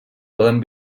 poden